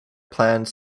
planned